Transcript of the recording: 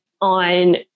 on